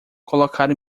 colocar